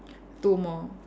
two more